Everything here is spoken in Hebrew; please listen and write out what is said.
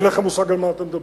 אין לכם מושג על מה אתם מדברים.